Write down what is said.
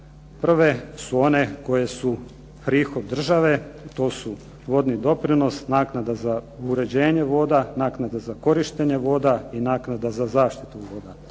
Prve su one koji su prihod države, to su vodni doprinos, naknada za uređenje voda, naknada za korištenje voda i naknada za zaštitu voda.